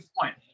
point